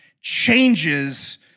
changes